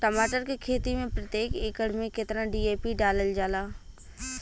टमाटर के खेती मे प्रतेक एकड़ में केतना डी.ए.पी डालल जाला?